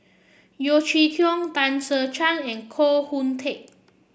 Yeo Chee Kiong Tan Che Sang and Koh Hoon Teck